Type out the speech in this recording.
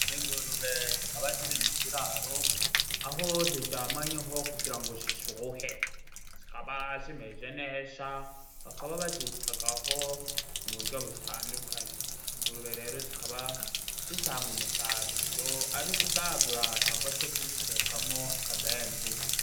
Ingurube zikaba ziri mu kiraro aho ziryamanyeho kugira ngo zishuhe . Zikaba zimeze neza bakaba bazitagaho mu buryo butandukanye . Ingurube rero zikaba zitanga umusaruro ari ukubwagura cyangwa se kuzitekamo akabenzi.